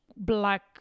Black